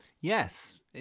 Yes